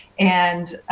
and,